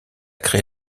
créé